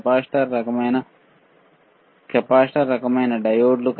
capacitor రకమైన capacitor రకమైన డయోడ్లు